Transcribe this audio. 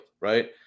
right